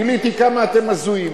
גיליתי כמה אתם הזויים.